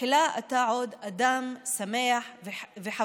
תחילה אתה עוד אדם שמח וחברותי.